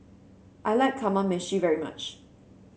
I like Kamameshi very much